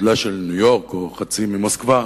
כגודלה של ניו-יורק או חצי מוסקבה,